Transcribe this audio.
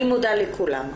אני מודה לכולם.